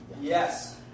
Yes